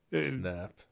Snap